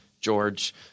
George